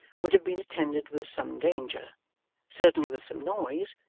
would have been attended with some danger certainly with some noise,